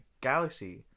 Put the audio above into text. galaxy